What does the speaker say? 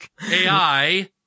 AI